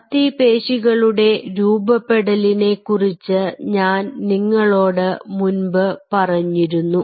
അസ്ഥി പേശികളുടെ രൂപപ്പെടലിനെ കുറിച്ച് ഞാൻ നിങ്ങളോട് മുൻപ് പറഞ്ഞിരുന്നു